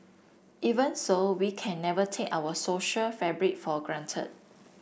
even so we can never take our social fabric for granted